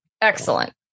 excellent